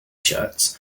shirts